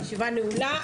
הישיבה נעולה.